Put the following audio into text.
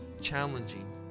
challenging